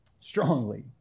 strongly